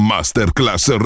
Masterclass